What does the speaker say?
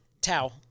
Tau